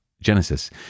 Genesis